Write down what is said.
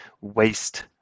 waste